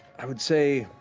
i would say,